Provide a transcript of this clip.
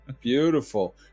Beautiful